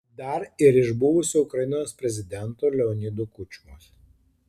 dar ir iš buvusio ukrainos prezidento leonido kučmos